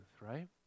right